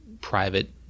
private